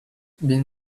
been